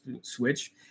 switch